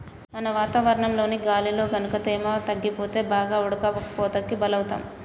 మనం వాతావరణంలోని గాలిలో గనుక తేమ తగ్గిపోతే బాగా ఉడకపోతకి బలౌతాం